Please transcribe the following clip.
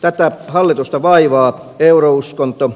tätä hallitusta vaivaa eurouskonto